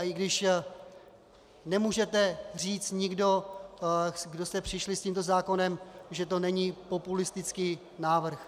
I když nemůžete říci nikdo, kdo jste přišli s tímto zákonem, že to není populistický návrh.